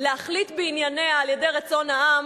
להחליט בענייניה על-ידי רצון העם,